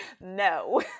No